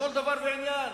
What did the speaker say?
לכל דבר ועניין.